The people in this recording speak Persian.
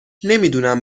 نمیدونم